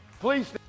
Please